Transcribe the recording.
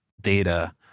data